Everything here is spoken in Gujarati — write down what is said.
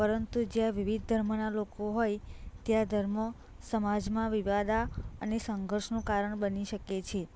પરંતુ જે વિવિધ ધર્મના લોકો હોય ત્યાં ધર્મો સમાજમાં વિવાદ અને સંઘર્ષનું કારણ બની શકે છે